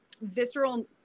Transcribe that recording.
visceral